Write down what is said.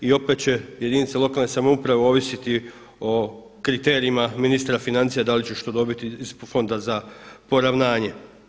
I opet će jedinice lokalne samouprave ovisiti o kriterijima ministra financija da li će što dobiti iz Fonda za poravnanje.